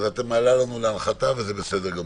אז את מעלה לנו להנחתה, וזה בסדר גמור.